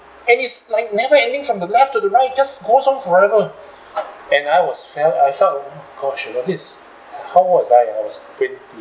and it's like never ending from the left to the right just goes on forever and I was felt I felt gosh uh this how old was I uh I was twenty